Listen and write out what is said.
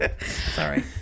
Sorry